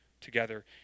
together